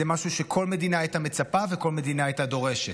זה משהו שכל מדינה הייתה מצפה וכל מדינה הייתה דורשת.